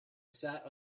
sat